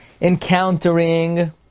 encountering